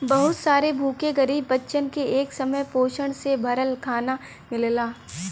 बहुत सारे भूखे गरीब बच्चन के एक समय पोषण से भरल खाना मिलला